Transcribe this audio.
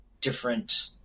different